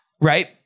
right